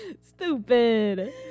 Stupid